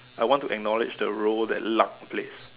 I want to acknowledge the role that luck plays